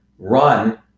run